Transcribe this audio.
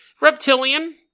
reptilian